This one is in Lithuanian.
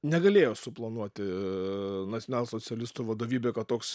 negalėjo suplanuoti nacionalsocialistų vadovybė kad toks